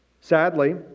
Sadly